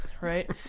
right